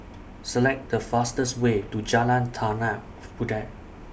Select The fastest Way to Jalan Tanah Puteh